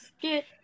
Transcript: get